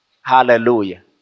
Hallelujah